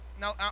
Now